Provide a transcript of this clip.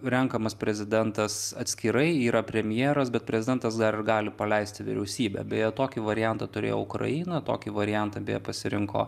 renkamas prezidentas atskirai yra premjeras bet prezidentas dar gali paleisti vyriausybę beje tokį variantą turėjo ukraina tokį variantą beje pasirinko